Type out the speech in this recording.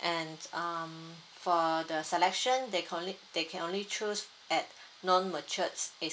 and um for (the selection they can only they can only choose at known matured estate